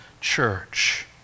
church